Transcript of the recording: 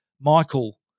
Michael